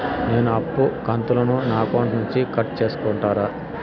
నేను అప్పు కంతును నా అకౌంట్ నుండి కట్ సేసుకుంటారా?